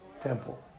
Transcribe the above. Temple